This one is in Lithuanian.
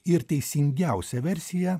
ir teisingiausią versiją